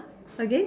again